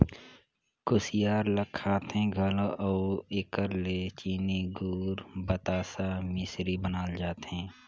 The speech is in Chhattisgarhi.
कुसियार ल खाथें घलो अउ एकर ले चीनी, गूर, बतासा, मिसरी बनाल जाथे